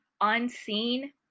unseen